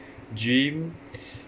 gym